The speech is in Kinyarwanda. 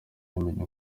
yamenye